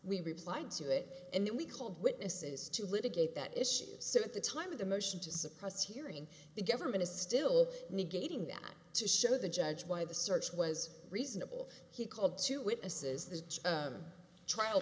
replied to it and then we called witnesses to litigate that issues so at the time of the motion to suppress hearing the government is still negating that to show the judge why the search was reasonable he called two witnesses the trial